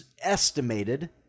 estimated